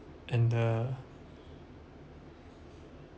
and the